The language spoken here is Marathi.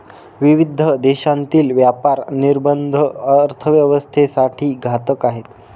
विविध देशांतील व्यापार निर्बंध अर्थव्यवस्थेसाठी घातक आहेत